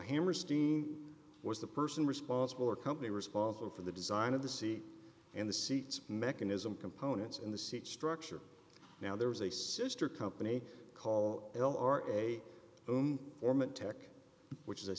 hammerstein was the person responsible or company responsible for the design of the seat and the seats mechanism components in the seats structure now there was a sister company call l r a o m ormont tech which is a